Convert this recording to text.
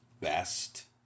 best